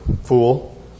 Fool